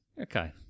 Okay